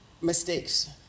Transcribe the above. mistakes